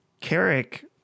Carrick